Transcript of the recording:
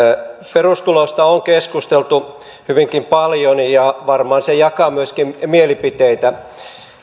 perustulosta on keskusteltu hyvinkin paljon ja varmaan se jakaa myöskin mielipiteitä